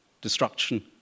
destruction